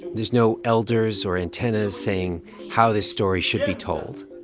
there's no elders or antennas saying how this story should be told.